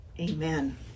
Amen